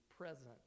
Present